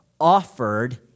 offered